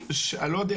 אני לא יודע,